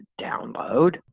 download